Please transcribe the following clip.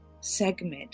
segment